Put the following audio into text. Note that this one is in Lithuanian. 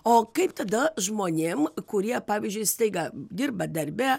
o kaip tada žmonėm kurie pavyzdžiui staiga dirba darbe